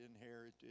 inherited